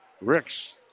Ricks